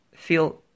Feel